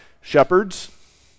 shepherds